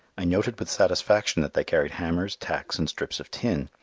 i noted with satisfaction that they carried hammers, tacks, and strips of tin.